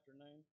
afternoon